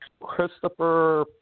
Christopher